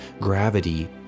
Gravity